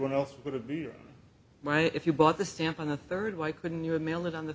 one else would it be my if you bought the stamp on the third why couldn't you have mail it on the